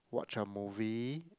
watch a movie